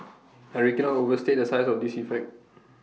I really cannot overstate the size of this effect